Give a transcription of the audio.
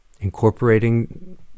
incorporating